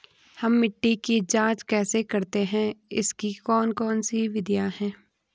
हम मिट्टी की जांच कैसे करते हैं इसकी कौन कौन सी विधियाँ है?